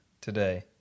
today